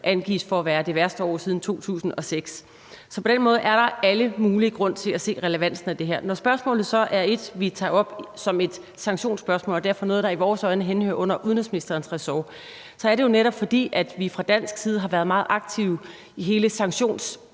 angives som det værste år siden 2006. På den måde er der al mulig grund til at se relevansen i det her. Når vi så tager spørgsmålet op som et sanktionsspørgsmål og derfor noget, der i vores øjne henhører under udenrigsministerens ressort, er det jo netop, fordi vi fra dansk side har været meget aktive i hele